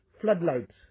floodlights